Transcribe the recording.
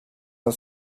for